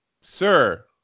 Sir